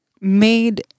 made